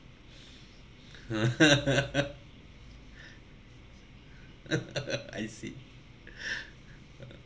I see